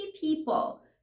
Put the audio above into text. people